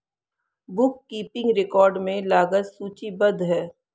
book keeping record में लागत सूचीबद्ध है